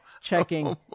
checking